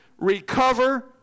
Recover